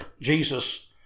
Jesus